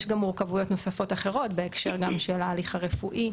יש גם מורכבויות נוספות אחרות בהקשר גם של ההליך הרפואי,